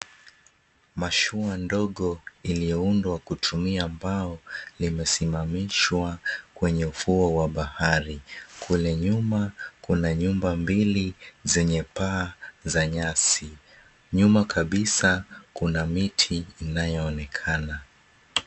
Mashua ndogo iliyoundwa kutumia mbao limesimamishwa kwenye ufuo wa bahari. Kule nyuma kuna nyumba mbili zenye paa za nyasi. Nyuma kabisa kuna miti inayoonekana.